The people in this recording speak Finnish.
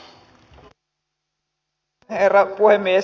arvoisa herra puhemies